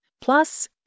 plus